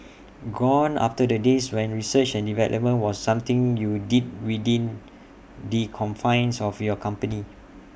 gone are the days when research and development was something you did within the confines of your company